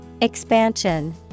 Expansion